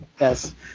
Yes